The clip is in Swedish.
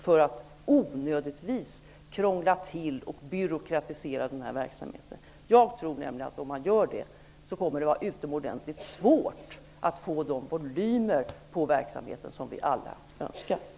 Det skulle onödigtvis krångla till och byråkratisera verksamheten. Jag tror nämligen att om man gör det blir det utomordentligt svårt att få de volymer på verksamheten som vi alla önskar.